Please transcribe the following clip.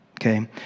Okay